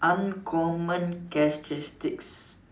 uncommon characteristics